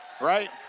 right